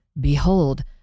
Behold